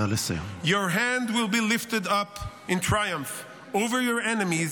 Your hand will be lifted up in triumph over your enemies,